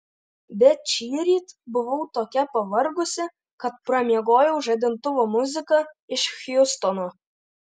bet šįryt buvau tokia pavargusi kad pramiegojau žadintuvo muziką iš hjustono